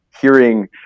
hearing